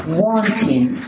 wanting